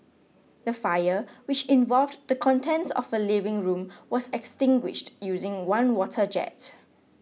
the fire which involved the contents of a living room was extinguished using one water jet